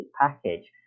package